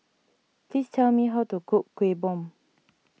please tell me how to cook Kueh Bom